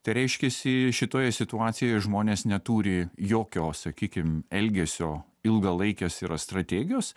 tai reiškiasi šitoje situacijoje žmonės neturi jokios sakykim elgesio ilgalaikės yra strategijos